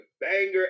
banger